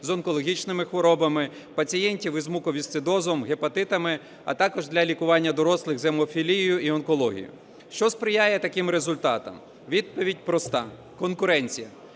з онкологічними хворобами, пацієнтів з муковісцидозом, гепатитами, а також для лікування дорослих з гемофілією і онкологією. Що сприяє таким результатам? Відповідь проста: конкуренція.